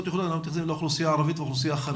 ייחודיות אני כולל את האוכלוסייה הערבית והחרדית.